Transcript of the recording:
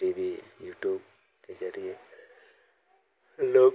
T V YouTube के जरिए लोग